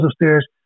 upstairs